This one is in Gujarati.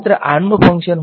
કરંટસોર્સ એ r નું ફંકશન છે